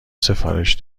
سفارش